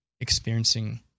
experiencing